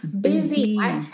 busy